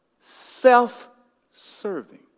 self-serving